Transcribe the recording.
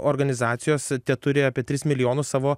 organizacijos teturi apie tris milijonus savo